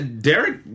Derek